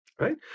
right